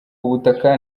ubutaka